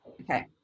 Okay